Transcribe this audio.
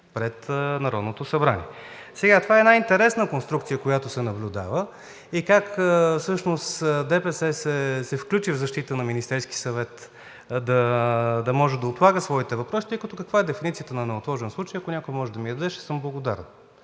пред Народното събрание. Това е една интересна конструкция, която се наблюдава, и как всъщност ДПС се включи в защита на Министерския съвет – да може да отлага своите въпроси? Каква е дефиницията на „неотложен случай“? Ако някой може да ми я даде, ще съм благодарен.